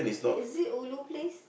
is it ulu place